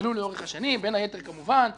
שנתגלו לאורך השנים, בין היתר כמובן תשלום.